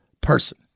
person